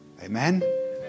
Amen